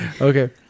okay